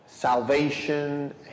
Salvation